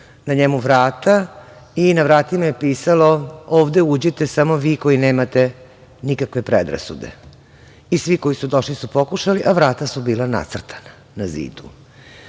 na njemu vrata i na vratima je pisalo: „Ovde uđite samo vi koji nemate nikakve predrasude“. Svi koji su došli su pokušali, a vrata su bila nacrtana na zidu. Ne